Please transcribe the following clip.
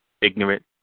Ignorant